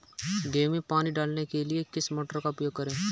गेहूँ में पानी डालने के लिए किस मोटर का उपयोग करें?